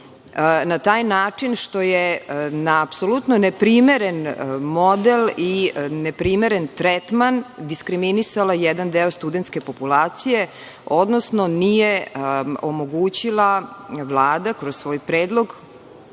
na taj način što je na apsolutno neprimeren model i neprimeren tretman diskriminisala jedan deo studentske populacije. Odnosno Vlada nije omogućila kroz svoj predlog